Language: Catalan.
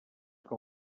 com